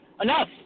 Enough